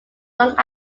long